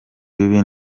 bibi